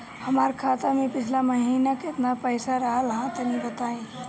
हमार खाता मे पिछला महीना केतना पईसा रहल ह तनि बताईं?